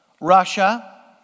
Russia